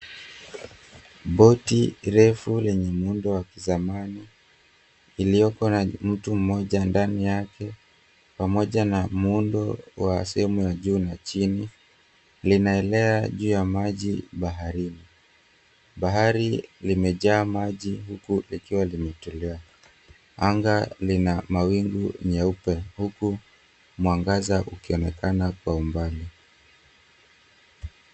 Boti refu lenye muundo wa kizamani ilioko na mtu mmoja ndani yake pamoja na muundo wa sehemu ya juu na chini linaelea juu ya maji baharini. Bahari limejaa maji huku likiwa limetulia. Anga lina mawingu nyeupe huku mwangaza ukionekana kwa umbali.